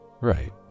Right